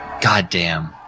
Goddamn